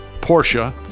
Porsche